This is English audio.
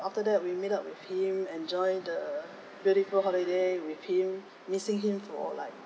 after that we met up with him enjoy the beautiful holiday with him missing him for like